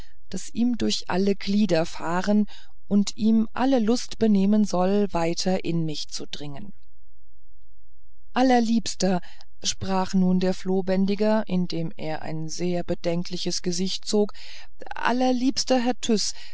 das ihm durch alle glieder fahren und ihm alle lust benehmen soll weiter in mich zu dringen allerliebster sprach nun der flohbändiger indem er ein sehr bedenkliches gesicht zog allerliebster herr